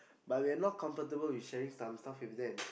but we are not comfortable with sharing some stuff with them